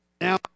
Now